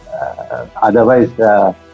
otherwise